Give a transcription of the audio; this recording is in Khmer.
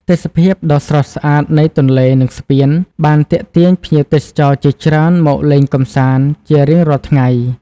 ទេសភាពដ៏ស្រស់ស្អាតនៃទន្លេ និងស្ពាន បានទាក់ទាញភ្ញៀវទេសចរជាច្រើនមកលេងកម្សាន្តជារៀងរាល់ថ្ងៃ។